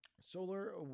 Solar